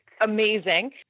amazing